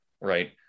right